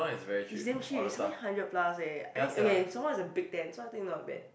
is damn cheap is only hundred plus eh I think okay some more is a big tent so I think not bad